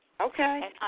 Okay